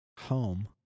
home